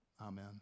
Amen